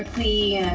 the